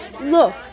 Look